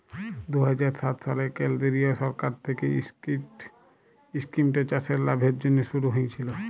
দু হাজার সাত সালে কেলদিরিয় সরকার থ্যাইকে ইস্কিমট চাষের লাভের জ্যনহে শুরু হইয়েছিল